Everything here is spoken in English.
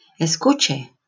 escuche